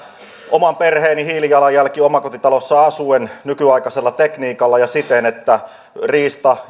oman perheeni hiilijalanjälki omakotitalossa asuen nykyaikaisella tekniikalla ja siten että riista